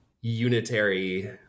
unitary